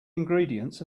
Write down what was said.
ingredients